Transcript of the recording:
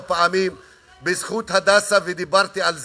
פעמים בזכות "הדסה" ודיברתי על זה.